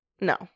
No